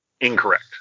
Incorrect